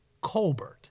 Colbert